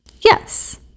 Yes